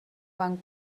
van